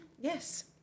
Yes